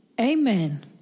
Amen